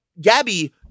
Gabby